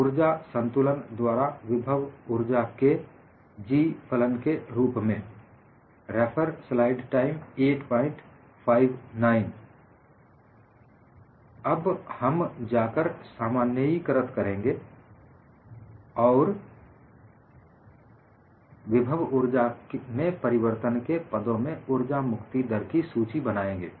ऊर्जा संतुलन द्वारा विभव ऊर्जा के G फलन के रुप अब हम जाकर सामान्यीकृत करेंगे और विभव ऊर्जा में परिवर्तन के पदों में उर्जा मुक्ति दर की सूची बनाएंगे